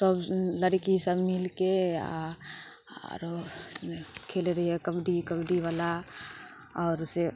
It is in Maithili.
सभ लड़की सभ मिलके आ आरो खेलै रहियै कबड्डी कबड्डी बला आओर से